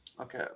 Okay